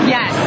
Yes